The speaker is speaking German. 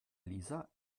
lisa